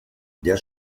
der